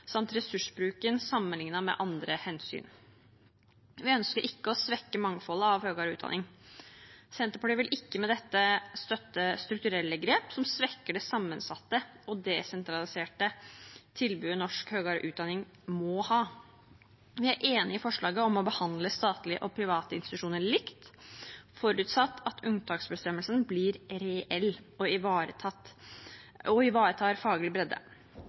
samt ressursbruken sammenlignet med andre hensyn. Vi ønsker ikke å svekke mangfoldet av høyere utdanning. Senterpartiet vil ikke med dette støtte strukturelle grep som svekker det sammensatte og desentraliserte tilbudet norsk høyere utdanning må ha. Men jeg er enig i forslaget om å behandle statlige og private institusjoner likt, forutsatt at unntaksbestemmelsen blir reell og ivaretar faglig bredde.